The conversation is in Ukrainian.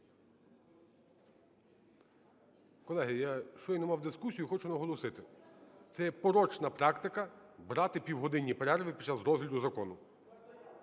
Колеги, я щойно мав дискусію, хочу наголосити: це є порочна практика брати півгодинні перерви під час розгляду закону.